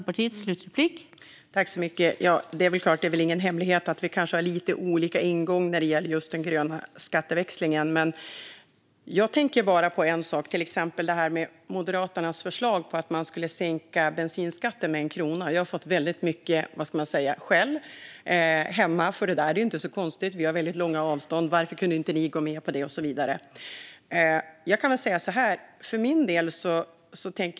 Fru talman! Det är ingen hemlighet att vi har lite olika ingång vad gäller just grön skatteväxling. När det gäller Moderaternas förslag om att sänka bensinskatten med 1 krona har jag fått mycket skäll därhemma för att vi inte har gått med på det. Det är ju inte så konstigt eftersom vi har väldigt långa avstånd.